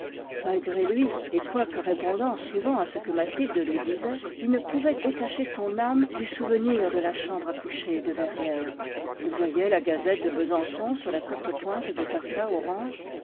malgré lui et quoique répondant souvent à ce que mathilde lui disait il ne pouvait détacher son âme du souvenir de la chambre à coucher de verrières il voyait la gazette de besançon sur la courtepointe de taffetas orange